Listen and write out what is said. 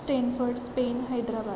stanford Spain Hyderabad